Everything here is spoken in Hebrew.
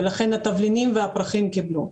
ולכן התבלינים והפרחים קיבלו,